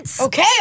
Okay